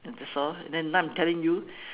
that's all then now I'm telling you